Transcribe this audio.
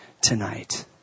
tonight